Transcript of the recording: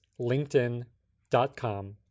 linkedin.com